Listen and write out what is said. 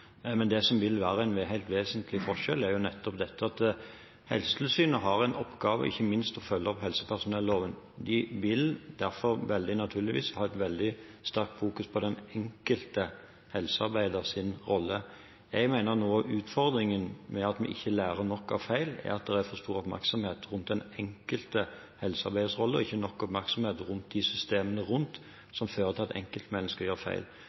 Men det som vil være en helt vesentlig forskjell, er nettopp dette at Helsetilsynet har en oppgave ikke minst i å følge opp helsepersonelloven. De vil derfor naturligvis fokusere veldig sterkt på den enkelte helsearbeiders rolle. Jeg mener noe av utfordringen med at vi ikke lærer nok av feil, er at det er for stor oppmerksomhet om den enkelte helsearbeiders rolle og ikke nok oppmerksomhet om de systemene rundt som fører til at enkeltmennesker gjør feil.